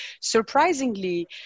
surprisingly